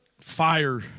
fire